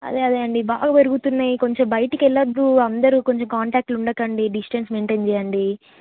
అదే అదే అండి బాగా పెరుగుతున్నాయి కొంచెం బయటకు వెళ్ళద్దు అందరు కొంచెం కాంట్యాక్ట్లో ఉండకండి డిస్టెన్స్ మెయింటెయిన్ చేయండి